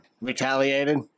Retaliated